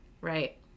Right